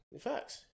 Facts